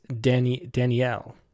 Danielle